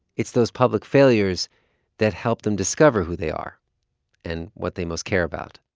it's those public failures that help them discover who they are and what they most care about